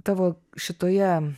tavo šitoje